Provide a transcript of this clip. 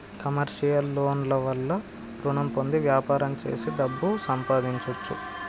commercial loan ల వల్ల రుణం పొంది వ్యాపారం చేసి డబ్బు సంపాదించొచ్చు